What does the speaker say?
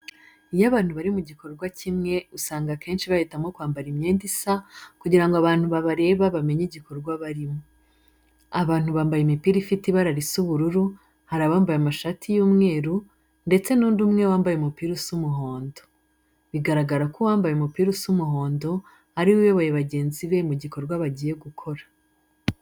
Iyo abantu bari mu gikorwa kimwe usanga akenshi bahitamo kwambara imyenda isa, kugira ngo abantu babareba bamenye igikorwa barimo. Abantu bambaye imipira ifite ibara risa ubururu, hari abambaye amashati y'umweru, ndetse n'undi umwe wambaye umupira usa umuhondo. Bigaragara ko uwambaye umupira usa umuhondo ariwe uyoboye bagenzi be mu gikorwa bagiye gukora.